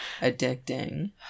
Addicting